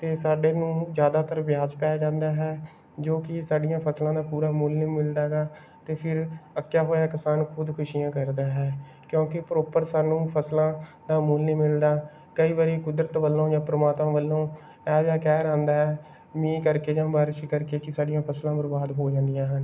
ਅਤੇ ਸਾਡੇ ਨੂੰ ਜ਼ਿਆਦਾਤਰ ਵਿਆਜ ਪੈ ਜਾਂਦਾ ਹੈ ਜੋ ਕਿ ਸਾਡੀਆਂ ਫਸਲਾਂ ਦਾ ਪੂਰਾ ਮੁੱਲ ਨਹੀਂ ਮਿਲਦਾ ਹੈਗਾ ਅਤੇ ਫਿਰ ਅੱਕਿਆ ਹੋਇਆ ਕਿਸਾਨ ਖੁਦਕੁਸ਼ੀਆਂ ਕਰਦਾ ਹੈ ਕਿਉਂਕਿ ਪ੍ਰੋਪਰ ਸਾਨੂੰ ਫਸਲਾਂ ਦਾ ਮੁੱਲ ਨਹੀਂ ਮਿਲਦਾ ਕਈ ਵਾਰੀ ਕੁਦਰਤ ਵੱਲੋਂ ਜਾਂ ਪ੍ਰਮਾਤਮਾ ਵੱਲੋਂ ਇਹੋ ਜਿਹਾ ਕਹਿਰ ਆਉਂਦਾ ਹੈ ਮੀਂਹ ਕਰਕੇ ਜਾਂ ਬਾਰਿਸ਼ ਕਰਕੇ ਕਿ ਸਾਡੀਆਂ ਫਸਲਾਂ ਬਰਬਾਦ ਹੋ ਜਾਂਦੀਆਂ ਹਨ